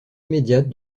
immédiate